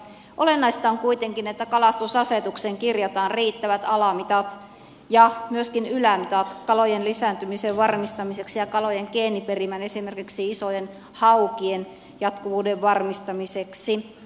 olennaista on kuitenkin että kalastusasetukseen kirjataan riittävät alamitat ja myöskin ylämitat kalojen lisääntymisen varmistamiseksi ja kalojen geeniperimän esimerkiksi isojen haukien jatkuvuuden varmistamiseksi